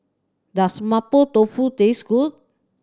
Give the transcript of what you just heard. does Mapo Tofu taste good